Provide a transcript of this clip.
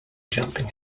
jumping